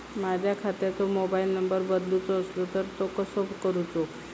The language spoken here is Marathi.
माझ्या खात्याचो मोबाईल नंबर बदलुचो असलो तर तो कसो करूचो?